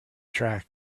track